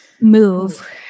move